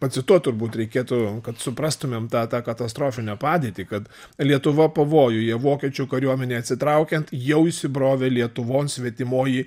pacituot turbūt reikėtų kad suprastumėm tą tą katastrofinę padėtį kad lietuva pavojuje vokiečių kariuomenei atsitraukiant jau įsibrovė lietuvon svetimoji